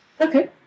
Okay